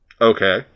Okay